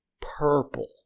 purple